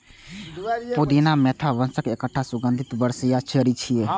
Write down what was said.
पुदीना मेंथा वंशक एकटा सुगंधित बरमसिया जड़ी छियै